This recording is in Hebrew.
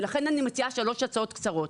ולכן אני מציעה שלוש הצעות קצרות.